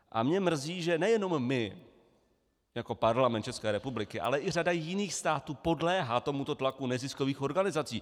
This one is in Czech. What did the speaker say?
A mě mrzí, že nejenom my jako Parlament České republiky, ale i řada jiných států podléhá tomuto tlaku neziskových organizací.